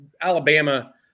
Alabama